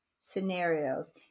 scenarios